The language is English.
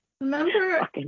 Remember